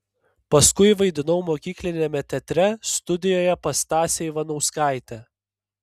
paskui vaidinau mokykliniame teatre studijoje pas stasę ivanauskaitę